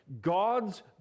God's